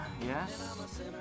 Yes